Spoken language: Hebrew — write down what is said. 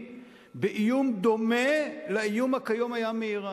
לאחר איום דומה לאיום הקיים כיום מאירן,